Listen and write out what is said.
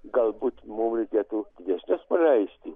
galbūt mum reikėtų didesnes paleisti